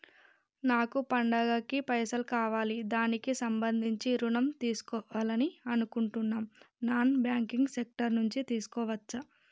నాకు పండగ కి పైసలు కావాలి దానికి సంబంధించి ఋణం తీసుకోవాలని అనుకుంటున్నం నాన్ బ్యాంకింగ్ సెక్టార్ నుంచి తీసుకోవచ్చా?